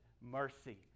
mercy